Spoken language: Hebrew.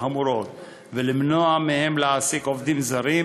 החמורות ולמנוע מהם להעסיק עובדים זרים,